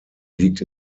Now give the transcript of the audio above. liegt